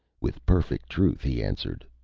with perfect truth he answered,